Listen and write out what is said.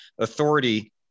authority